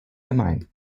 gemein